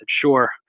sure